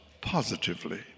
positively